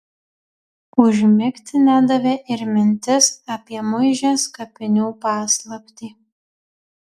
užmigti nedavė ir mintis apie muižės kapinių paslaptį